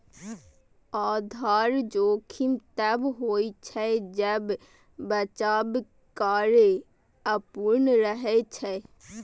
आधार जोखिम तब होइ छै, जब बचाव कार्य अपूर्ण रहै छै